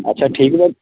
अच्छा ठीक न